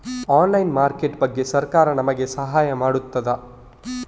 Online market ಬಗ್ಗೆ ಸರಕಾರ ನಮಗೆ ಸಹಾಯ ಮಾಡುತ್ತದೆ?